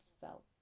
felt